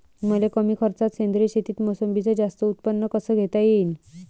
मले कमी खर्चात सेंद्रीय शेतीत मोसंबीचं जास्त उत्पन्न कस घेता येईन?